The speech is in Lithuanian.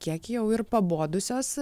kiek jau ir pabodusios